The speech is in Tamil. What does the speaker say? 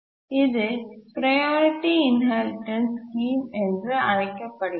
இது ப்ரையாரிட்டி இன்ஹெரிடன்ஸ் ஸ்கீம் என்று அழைக்கப்படுகிறது